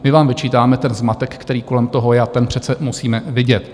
My vám vyčítáme zmatek, který kolem toho je, a ten přece musíme vidět.